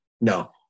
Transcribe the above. No